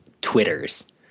Twitters